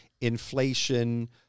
inflation